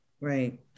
Right